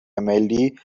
ملی